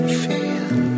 feel